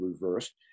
reversed